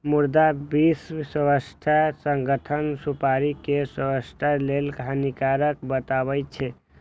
मुदा विश्व स्वास्थ्य संगठन सुपारी कें स्वास्थ्य लेल हानिकारक बतबै छै